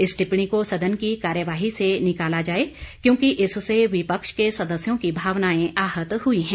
इस टिप्पणी को सदन की कार्यवाही से निकाला जाए क्योंकि इससे विपक्ष के सदस्यों की भावनाएं आहत हुई हैं